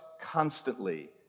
constantly